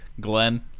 Glenn